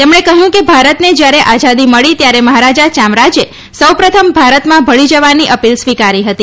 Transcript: તેમણે કહ્યું કે ભારતને જ્યારે આઝાદી મળી ત્યારે મહારાજા ચામરાજે સૌપ્રથમ ભારતમાં ભળી જવાની અપીલ સ્વિકારી હતી